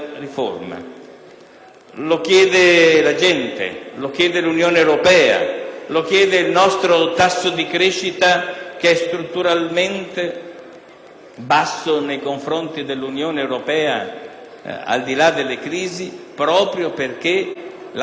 Lo chiede la gente, lo chiede l'Unione europea, lo chiede il nostro tasso di crescita che è strutturalmente basso nei confronti dell'Unione europea, al di là delle crisi, proprio perché la competizione,